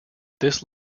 this